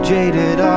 jaded